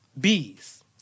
bees